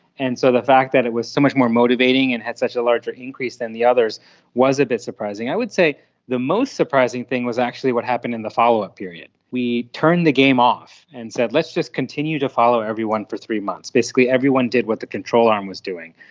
and so the fact that it was so much more motivating and had such a larger increase than the others was a bit surprising. i would say the most surprising thing was actually what happened in the follow-up period. we turned the game off and said let's just continue to follow everyone for three months, basically everyone did what the control arm was doing.